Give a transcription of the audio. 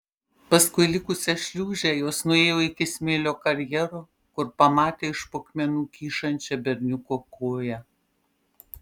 paskui likusią šliūžę jos nuėjo iki smėlio karjero kur pamatė iš po akmenų kyšančią berniuko koją